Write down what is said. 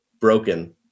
Broken